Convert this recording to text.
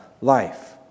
life